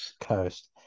Coast